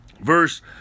verse